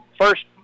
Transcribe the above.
first